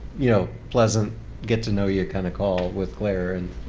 you know, pleasant get-to-know-you kind of call with clare, and